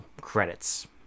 credits